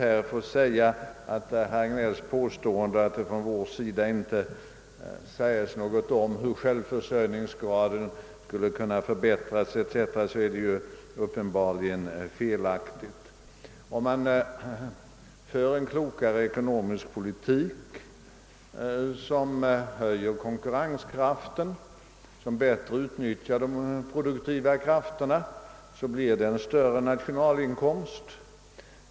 När herr Hagnell påstår att vi inte säger något om hur självfinansieringsgraden skall kunna förbättras är det uppenbart felaktigt. Om man för en klokare ekonomisk politik, som höjer konkurrenskraften och bättre utnyttjar de produktiva krafterna, blir nationalinkomsten större.